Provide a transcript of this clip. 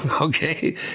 okay